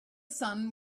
son